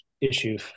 issue